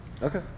Okay